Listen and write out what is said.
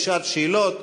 לשעת שאלות.